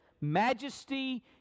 majesty